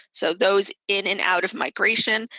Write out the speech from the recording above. so those in and out of migration,